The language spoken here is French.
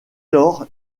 lors